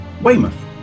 weymouth